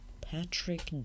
patrick